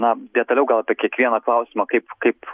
na detaliau gal apie kiekvieną klausimą kaip kaip